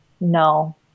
no